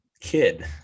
kid